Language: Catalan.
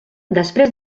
després